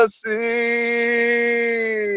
see